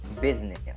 business